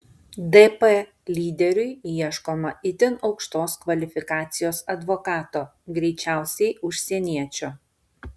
dp lyderiui ieškoma itin aukštos kvalifikacijos advokato greičiausiai užsieniečio